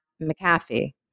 McAfee